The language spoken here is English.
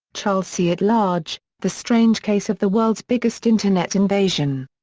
charles c. at large the strange case of the world's biggest internet invasion.